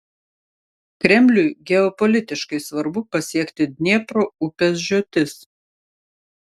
kremliui geopolitiškai svarbu pasiekti dniepro upės žiotis